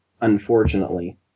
unfortunately